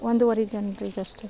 ಒಂದೂವರೆ ಜನರಿಗಷ್ಟೆ